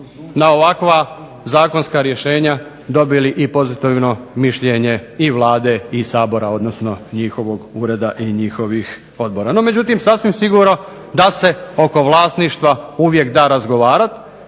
na ovakva zakonska rješenja dobili i pozitivno mišljenje i Vlade i Sabor odnosno njihovih ureda i odbora. No međutim, sasvim sigurno da se oko vlasništva uvijek da razgovarati,